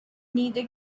neither